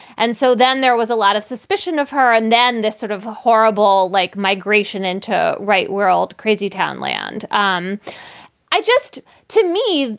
and so then there was a lot of suspicion of her and then this sort of horrible, like migration into right world crazy town land. um i just to me,